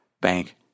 bank